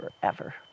forever